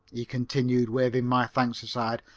he continued, waving my thanks aside.